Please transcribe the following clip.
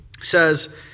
says